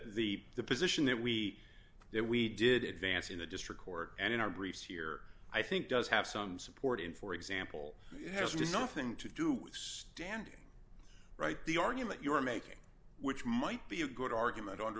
the the position that we did we did it vance in the district court and in our brief here i think does have some support in for example it has nothing to do with standing right the argument you are making which might be a good argument